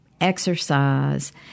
exercise